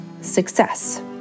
success